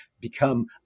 become